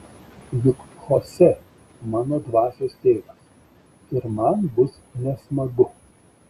juk chosė mano dvasios tėvas ir man bus nesmagu